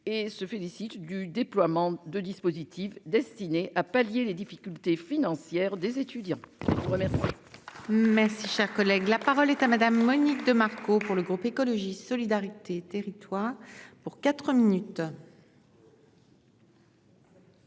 et se félicite du déploiement de dispositifs destiné à pallier les difficultés financières des étudiants. Merci, cher collègue, la parole est à madame Monique de Marco. Pour le groupe écologiste solidarité et territoires pour quatre minutes.